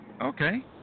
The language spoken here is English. okay